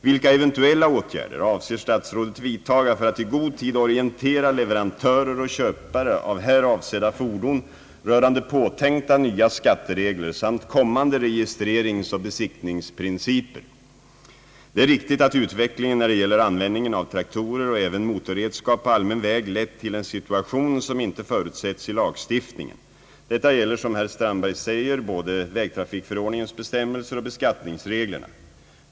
Vilka eventuella åtgärder avser statsrådet vidtaga för att i god tid orientera leverantörer och köpare av här avsedda fordon rörande påtänkta nya skatteregler samt kommande registreringsoch besiktningsprinciper? Det är riktigt att utvecklingen när det gäller användningen av traktorer och även motorredskap på allmän väg lett till en situation som inte förutsetts i lagstiftningen. Detta gäller, som herr Strandberg säger, både vägtrafikförordningens bestämmelser och beskattningsreglerna.